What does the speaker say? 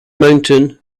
mountain